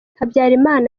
habyarimana